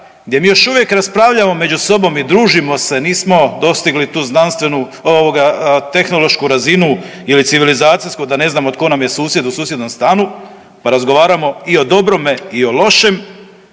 gdje mi još uvijek raspravljamo među sobom i družimo se, nismo dostigli tu znanstvenu ovoga tehnološku razinu ili civilizacijsku da ne znamo tko nam je susjed u susjednom stanu, pa razgovaramo i o dobrome i o lošem.